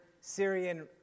Syrian